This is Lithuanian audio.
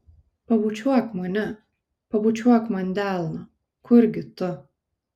pabučiuok mane pabučiuok man delną kurgi tu